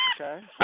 okay